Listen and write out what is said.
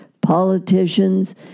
politicians